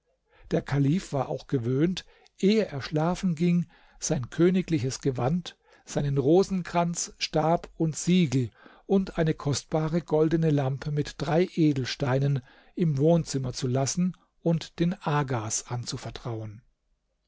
der kalif war auch gewöhnt ehe er schlafen ging sein königliches gewand seinen rosenkranz stab und siegel und eine kostbare goldene lampe mit drei edelsteinen im wohnzimmer zu lassen und den agas anzuvertrauen